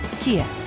Kia